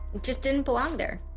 just didn't belong there.